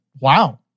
Wow